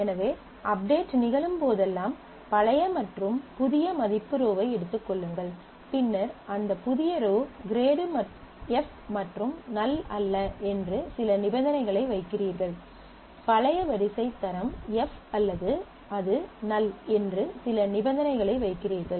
எனவே அப்டேட் நிகழும் போதெல்லாம் பழைய மற்றும் புதிய மதிப்பு ரோவை எடுத்துக் கொள்ளுங்கள் பின்னர் அந்த புதிய ரோ கிரேடு F மற்றும் நல் அல்ல என்று சில நிபந்தனைகளை வைக்கிறீர்கள் பழைய வரிசை தரம் f அல்லது அது நல் என்று சில நிபந்தனைகளை வைக்கிறீர்கள்